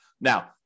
Now